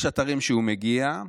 יש אתרים שהוא מגיע,